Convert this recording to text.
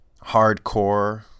hardcore